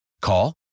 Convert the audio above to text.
Call